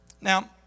Now